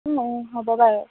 হ'ব বাৰু